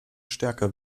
stärker